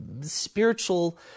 spiritual